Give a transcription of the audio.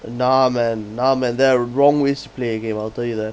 and nah man nah man there are wrong ways to play a game I'll tell you that